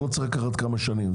אבל זה לא צריך לקחת כמה שנים.